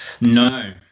no